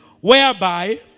whereby